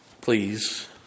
Please